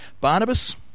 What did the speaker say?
Barnabas